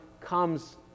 comes